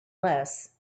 less